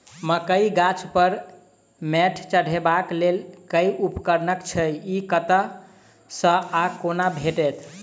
मकई गाछ पर मैंट चढ़ेबाक लेल केँ उपकरण छै? ई कतह सऽ आ कोना भेटत?